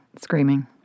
screaming